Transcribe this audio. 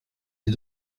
des